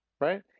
right